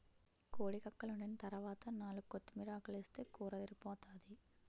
కోడి కక్కలోండిన తరవాత నాలుగు కొత్తిమీరాకులేస్తే కూరదిరిపోతాది